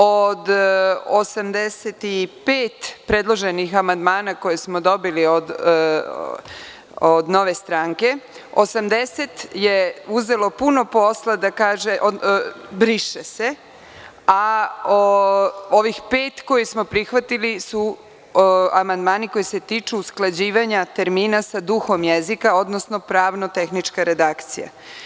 Od 85 predloženih amandmana koje smo dobili od Nove stranke, 80 je uzelo puno posla, a ovih pet koje smo prihvatili su amandmani koji se tiču usklađivanja termina sa duhom jezika, odnosno pravno-tehničkeredakcije.